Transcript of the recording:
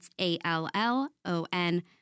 A-L-L-O-N